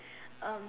um